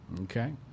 Okay